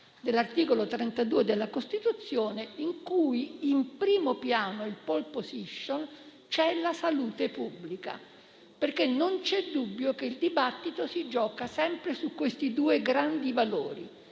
dell'articolo 32 della Costituzione, in cui in primo piano, in *pole position*, c'è la salute pubblica. Non c'è dubbio infatti che il dibattito si gioca sempre su due grandi valori: